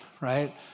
right